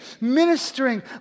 ministering